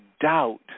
doubt